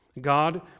God